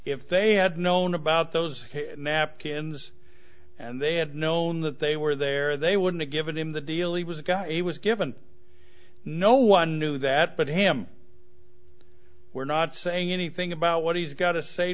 if they had known about those napkins and they had known that they were there they wouldn't given him the deal he was a guy he was given no one knew that but him we're not saying anything about what he's got to say